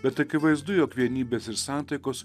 bet akivaizdu jog vienybės ir santaikos